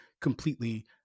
completely